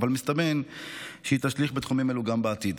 אבל מסתמן שהיא תשליך בתחומים אלו גם בעתיד.